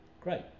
great